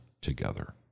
together